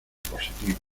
positivo